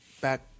back